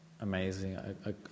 amazing